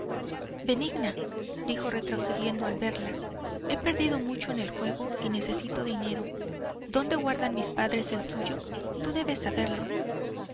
benigna dijo retrocediendo al verla he perdido mucho en el juego y necesito dinero dónde guardan mis padres el suyo tú debes saberlo